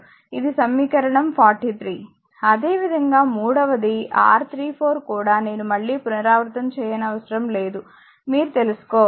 ఇది సమీకరణం 43 అదేవిధంగా మూడవది R 34 కూడా నేను మళ్ళీ పునరావృతం చేయనవసరం లేదు మీరు తెలుసుకోవచ్చు